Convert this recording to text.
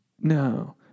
No